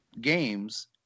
games